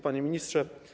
Panie Ministrze!